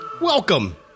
welcome